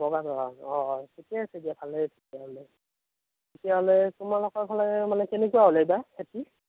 বগা জহা অ অ ঠিকে হৈছে দিয়া ভালে হৈছে তেতিয়াহ'লে তেতিয়াহ'লে তোমালোকৰ ফালে মানে কেনেকুৱা হ'ল এইবাৰ খেতি